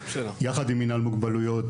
יחד עם מנהל מוגבלויות,